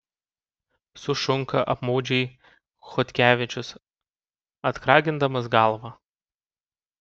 sušunka apmaudžiai chodkevičius atkragindamas galvą